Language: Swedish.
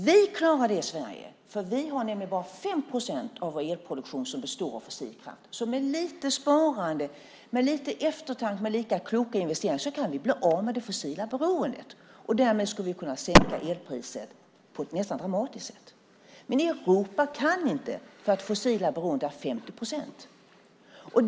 Vi klarar det i Sverige, för det är nämligen bara 5 procent av vår elproduktion som består av fossilkraft, så med lite sparande, lite eftertanke och lite kloka investeringar kan vi bli av med det fossila beroendet. Därmed skulle vi kunna sänka elpriset på ett nästan dramatiskt sätt. Men Europa kan inte göra det därför att beroendet av fossilkraft är 50 procent.